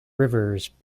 rivers